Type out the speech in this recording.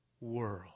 world